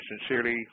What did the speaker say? sincerely